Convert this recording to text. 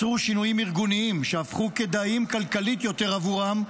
או יצרו שינויים ארגוניים שהפכו כדאיים כלכלית יותר עבורם,